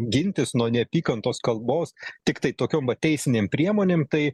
gintis nuo neapykantos kalbos tiktai tokiom va teisinėm priemonėm tai